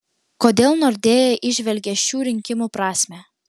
kodėl nordea įžvelgia šių rinkimų prasmę